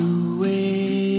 away